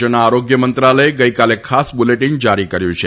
રાજ્યના આરોગ્ય મંત્રાલયે ગઈકાલે ખાસ બુલેટિન જારી કર્યું છે